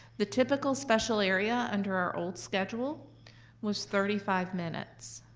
the typical special area under our old schedule was thirty five minutes.